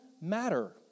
matter